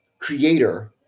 creator